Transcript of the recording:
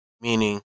meaning